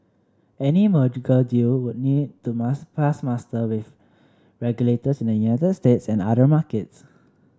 any merger deal would need to mass pass muster with regulators in the United States and other markets